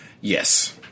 Yes